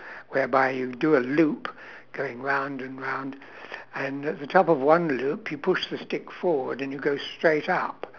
where by you do a loop going round and round and at the top of one loop you push the stick forward and you go straight up